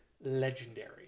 legendary